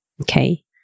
okay